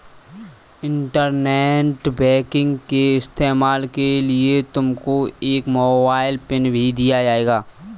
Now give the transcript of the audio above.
internet banking के इस्तेमाल के लिए तुमको एक मोबाइल पिन भी दिया जाएगा